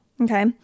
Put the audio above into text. Okay